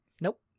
Nope